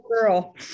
girl